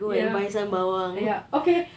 ya ya okay